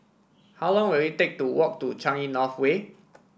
how long will it take to walk to Changi North Way